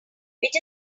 which